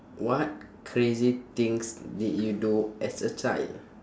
what crazy things did you do as a child